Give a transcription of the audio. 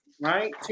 right